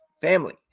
family